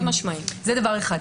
זה דבר אחד.